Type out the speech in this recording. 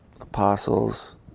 Apostles